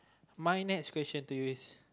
my next question to you is